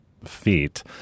feet